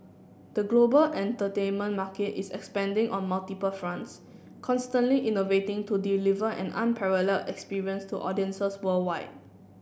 the global entertainment market is expanding on multiple fronts constantly innovating to deliver an unparalleled experience to audiences worldwide